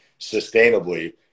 sustainably